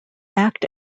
act